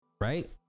right